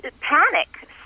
panic